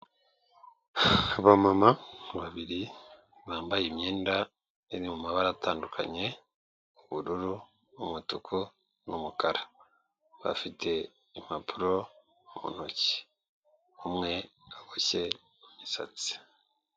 Abamama babiri bambaye imyenda iri mu mabara atandukanye; ubururu, umutuku n'umukara. Bafite impapuro mu ntoki, umwe aboshye imisatsi.